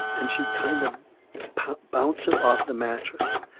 and she'd kind of bounce it off the mattress.